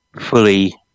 fully